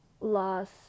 loss